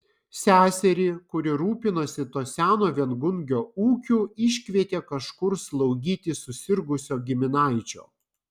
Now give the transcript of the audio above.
seserį kuri rūpinosi to seno viengungio ūkiu iškvietė kažkur slaugyti susirgusio giminaičio